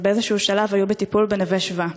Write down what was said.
ובאיזשהו שלב היו בטיפול ב"נווה שבא".